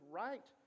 right